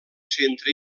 centre